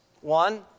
One